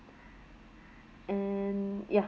and ya